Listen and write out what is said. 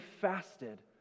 fasted